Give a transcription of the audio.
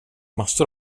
massor